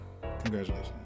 congratulations